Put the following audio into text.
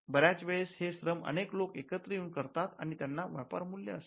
बऱ्याच वेळेस हे श्रम अनेक लोक एकत्र येऊन करतात आणि त्यांना व्यापार मूल्य असते